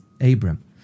Abram